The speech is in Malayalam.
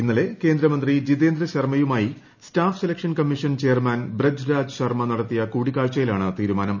ഇന്നലെ കേന്ദ്രമന്ത്രി ജിതേന്ദ്ര ശർമ്മയുമായി staff selection commission chairman Braj Raj Sharma നട്ടത്തിയ കൂടിക്കാഴ്ചയിലാണ് തീരുമാനം